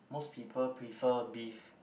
most people prefer beef